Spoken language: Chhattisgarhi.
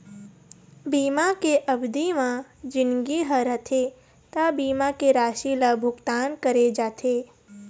बीमा के अबधि म जिनगी ह रथे त बीमा के राशि ल भुगतान करे जाथे